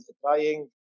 trying